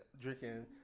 drinking